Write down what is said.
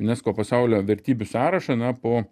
unesco pasaulio vertybių sąrašą na po